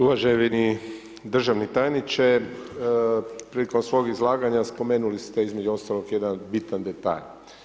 Uvaženi državni tajniče, prilikom svom izlaganja, spomenuli ste između ostalog, jedan bitan detalj.